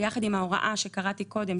יחד עם ההוראה שקראתי קודם,